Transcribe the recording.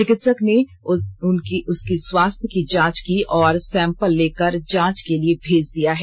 चिकित्सक ने उसकी स्वास्थ्य की जांच की और सैंपल लेकर जांच के लिए भेज दिया है